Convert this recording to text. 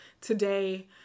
today